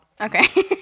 Okay